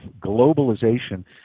globalization